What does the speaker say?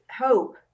hope